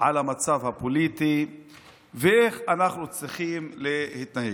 על המצב הפוליטי ואיך אנחנו צריכים להתנהג.